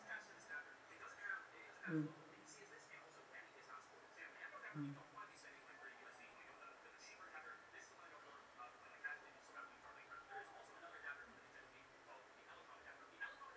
mm mm